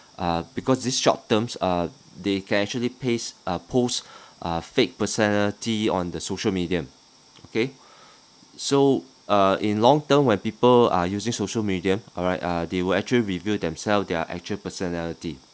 uh because these short terms uh they can actually paste uh post uh fake personality on the social media okay so uh in long term when people are using social media alright uh they will actually reveal themself their actual personality